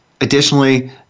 Additionally